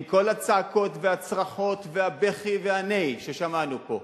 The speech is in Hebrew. עם כל הצעקות, והצרחות, והבכי והנהי ששמענו פה,